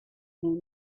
him